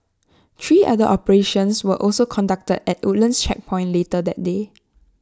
three other operations were also conducted at the Woodlands checkpoint later that day